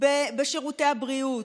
בשירותי הבריאות,